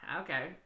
Okay